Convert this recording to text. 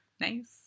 nice